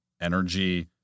energy